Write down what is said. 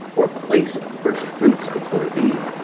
or place of first fruits before thee,